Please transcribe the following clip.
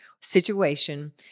situation